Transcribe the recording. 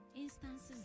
Instances